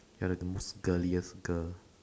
you're like the most girliest girl